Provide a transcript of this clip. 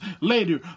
later